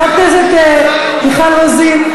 חברת הכנסת מיכל רוזין,